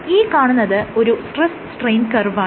ഈ കാണുന്നത് ഒരു സ്ട്രെസ് സ്ട്രെയിൻ കർവാണ്